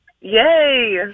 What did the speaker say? Yay